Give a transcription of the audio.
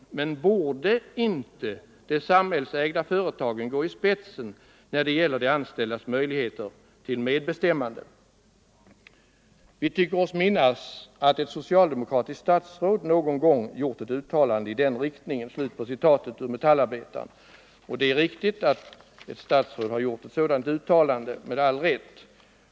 Men borde inte de samhällsägda företagen gå i spetsen när det gäller de anställdas möjligheter till medbestämmande? Vi tycker oss minnas att ett socialdemokratiskt statsråd någon gång gjort ett uttalande i den riktningen.” Det är riktigt att ett statsråd har gjort ett sådant uttalande, med all rätt.